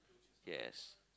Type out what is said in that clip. yes